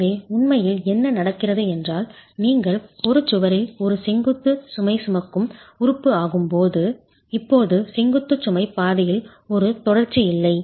எனவே உண்மையில் என்ன நடக்கிறது என்றால் நீங்கள் ஒரு சுவரில் ஒரு செங்குத்து சுமை சுமக்கும் உறுப்பு ஆகும் போது இப்போது செங்குத்து சுமை பாதையில் ஒரு தொடர்ச்சி இல்லை